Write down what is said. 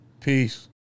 peace